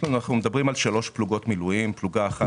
מדובר על שלוש פלוגות מילואים אחת